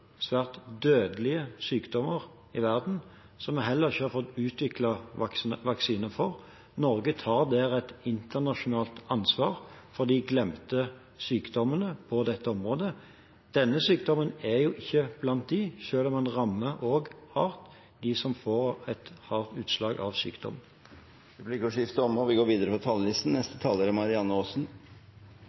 svært dødelige sykdommer i verden som vi heller ikke har fått utviklet vaksiner for. Norge tar der et internasjonalt ansvar for de glemte sykdommene på dette området. Denne sykdommen er ikke blant dem, selv om den også rammer hardt dem som får et hardt utslag av sykdommen. Replikkordskiftet er omme. De talere som heretter får ordet, har en taletid på